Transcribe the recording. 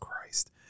Christ